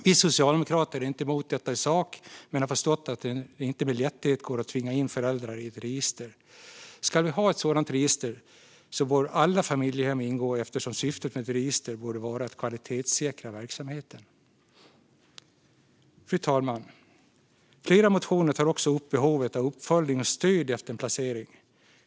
Vi socialdemokrater är inte emot detta i sak, men vi har förstått att det inte med lätthet går att tvinga in föräldrar i ett register. Ska vi ha ett sådant register bör alla familjehem ingå eftersom syftet med ett register borde vara att kvalitetssäkra verksamheten. Fru talman! Flera motioner tar också upp behovet av uppföljning och stöd efter en placering.